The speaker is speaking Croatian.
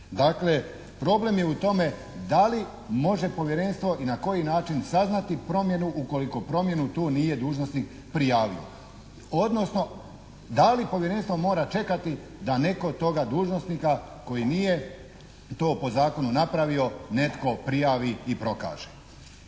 Dakle, problem je u tome da li može Povjerenstvo i na koji način saznati promjenu ukoliko promjenu tu nije dužnosnik prijavio, odnosno da li Povjerenstvo mora čekati da netko toga dužnosnika koji nije to po zakonu napravio netko prijavi i prokaže.